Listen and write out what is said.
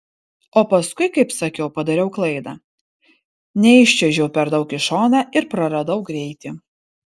o paskui kaip sakiau padariau klaidą neiščiuožiau per daug į šoną ir praradau greitį